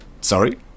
Sorry